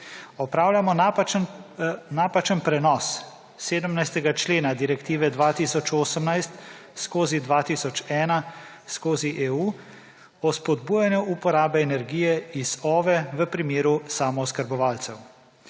Popravljamo napačen prenos 17. člena Direktive 2018/2001/EU o spodbujanju uporabe energije iz OVE v primeru samooskrbovalcev.